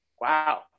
Wow